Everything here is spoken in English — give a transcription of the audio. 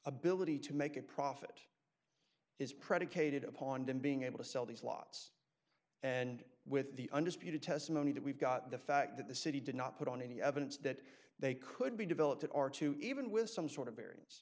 ability to make a profit is predicated upon them being able to sell these lots and with the undisputed testimony that we've got the fact that the city did not put on any evidence that they could be developed are to even with some sort of